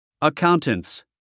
Accountants